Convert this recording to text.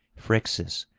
phrixus,